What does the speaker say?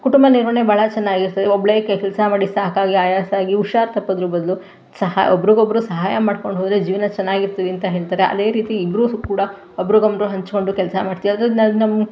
ಕುಟುಂಬ ನಿರ್ವಹಣೆ ಭಾಳ ಚೆನ್ನಾಗಿರ್ತದೆ ಒಬ್ಬಳೇ ಕೆಲಸ ಮಾಡಿ ಸಾಕಾಗಿ ಆಯಾಸ ಆಗಿ ಹುಷಾರು ತಪ್ಪೋದ್ರ ಬದಲು ಸಹಾ ಒಬ್ರಿಗೊಬ್ರು ಸಹಾಯ ಮಾಡ್ಕೊಂಡು ಹೋದರೆ ಜೀವನ ಚೆನ್ನಾಗಿರ್ತೀವಿ ಅಂತ ಹೇಳ್ತಾರೆ ಅದೇ ರೀತಿ ಇಬ್ಬರೂ ಕೂಡ ಒಬ್ರಿಗೊಬ್ರು ಹಚ್ಚಿಕೊಂಡು ಕೆಲಸ ಮಾಡ್ತಿ ಅದ್ರಿಂದಾಗಿ ನಮ್ಮ